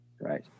Right